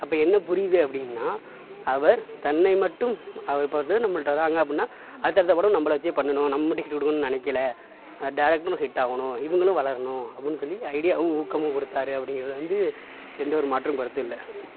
அப்போ என்ன புரியுது அப்டின்னா அவர் தன்னை மட்டும் அவர் இப்போ வந்து நம்மகிட்ட வர்றாங்க அப்டினா அடுத்தடுத்த படம் நம்மளை வச்சே பண்ணனும் நம்ம மட்டுமே ஹிட்டு கொடுக்கணும்னு நினைக்கல டைரக்டரும் ஹிட் ஆகணும் இவங்களும் வளரணும் அப்படின்னு சொல்லி ஐடியாவும் ஊக்கமும் கொடுத்தார் அப்படிங்கிறதில் வந்து எந்த ஒரு மாற்றும் கருத்தும் இல்லை